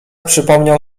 przypomniał